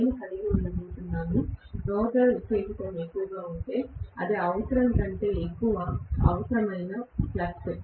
నేను కలిగి ఉండబోతున్నాను రోటర్ ఉత్తేజితం ఎక్కువగా ఉంటే అది అవసరం కంటే ఎక్కువ అవసరమైన ఫ్లక్స్